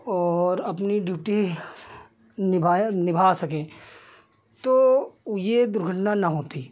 और अपनी ड्यूटी निभाए निभा सकें तो यह दुर्घटना न होती